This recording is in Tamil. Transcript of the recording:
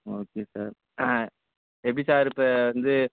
ஓகே சார் ஆ எப்படி சார் இப்போ வந்து